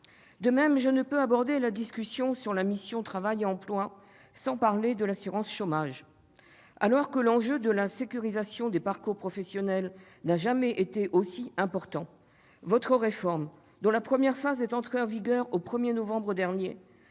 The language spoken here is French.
De même, je ne peux aborder la discussion sur cette mission sans parler de l'assurance chômage. Alors que l'enjeu de la sécurisation des parcours professionnels n'a jamais été aussi important, votre réforme, dont la première phase est entrée en vigueur le 1 novembre dernier,